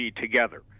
together